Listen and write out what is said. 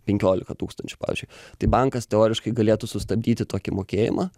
penkiolika tūkstančių pavyzdžiui tai bankas teoriškai galėtų sustabdyti tokį mokėjimą